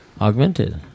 Augmented